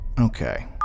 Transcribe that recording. Okay